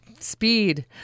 speed